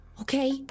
Okay